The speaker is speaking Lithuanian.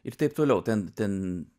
ir taip toliau ten ten